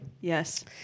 Yes